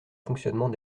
fonctionnement